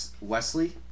Wesley